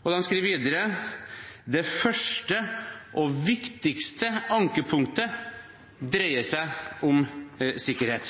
Og de skriver videre at det første, og viktigste, ankepunktet dreier seg om sikkerhet.